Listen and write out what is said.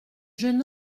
jeune